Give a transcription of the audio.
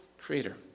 creator